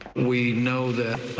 we know that